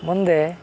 ಮುಂದೆ